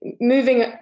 moving